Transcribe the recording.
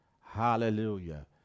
Hallelujah